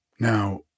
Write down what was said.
Now